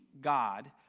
God